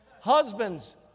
Husbands